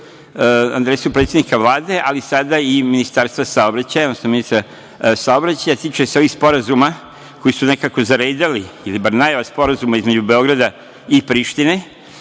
adresu predsednika Vlade, ali sada i Ministarstva saobraćaja, odnosno ministra saobraćaja, tiče se ovih sporazuma koji su se nekako zaređali, ili bar najava sporazuma između Beograda i Prištine,